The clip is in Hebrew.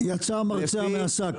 יצא המרצע מהשק.